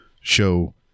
show